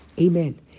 Amen